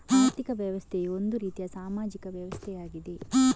ಆರ್ಥಿಕ ವ್ಯವಸ್ಥೆಯು ಒಂದು ರೀತಿಯ ಸಾಮಾಜಿಕ ವ್ಯವಸ್ಥೆಯಾಗಿದೆ